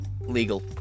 Legal